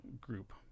group